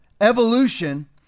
evolution